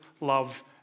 love